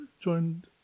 joined